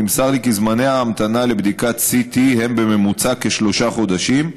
נמסר כי זמני ההמתנה לבדיקת CT הם בממוצע כשלושה חודשים,